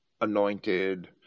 anointed